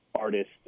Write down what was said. artist